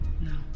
No